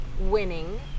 winning